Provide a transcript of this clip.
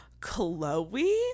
chloe